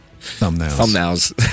thumbnails